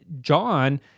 John